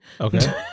Okay